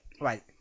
Right